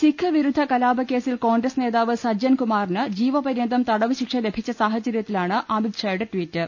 സിഖ് വിരുദ്ധകലാപക്കേസിൽ കോൺഗ്രസ് നേതാവ് സജ്ജൻകുമാറിന് ജീവപര്യന്തം തടവ് ശിക്ഷ ലഭിച്ച സാഹചര്യത്തിലാണ് അമിത് ഷായുടെ ട്വീറ്റ്